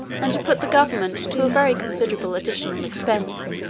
and to put the government to a very considerable additional expense,